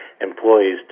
employees